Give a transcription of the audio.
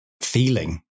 feeling